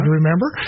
remember